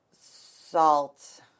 salt